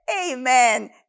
Amen